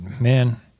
man